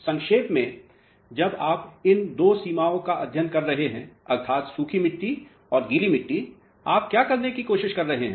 तो संक्षेप में जब आप इन दो सीमाओं का अध्ययन कर रहे हैं अर्थात सूखी मिट्टी और गीली मिट्टी आप क्या करने की कोशिश कर रहे हैं